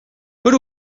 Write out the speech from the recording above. per